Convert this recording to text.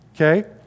Okay